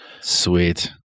Sweet